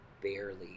barely